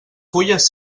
fulles